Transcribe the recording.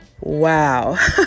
Wow